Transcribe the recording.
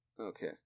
Okay